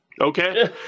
Okay